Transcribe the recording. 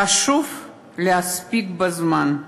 חשוב להספיד בזמן,